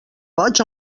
boig